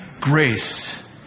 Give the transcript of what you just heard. grace